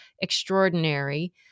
extraordinary